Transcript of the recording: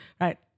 Right